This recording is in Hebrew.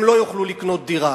הם לא יוכלו לקנות דירה.